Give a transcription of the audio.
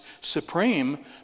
supreme